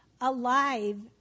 alive